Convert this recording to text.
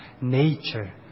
nature